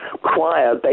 choir